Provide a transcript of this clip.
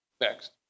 next